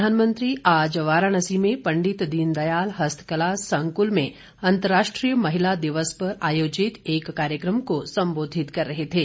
प्रधानमंत्री आज वाराणसी में पंडित दीनदयाल हस्तकला संकुल में अंतर्राष्ट्रीय महिला दिवस पर आयोजित एक कार्यक्रम को संबोधित कर रहे थे